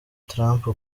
trump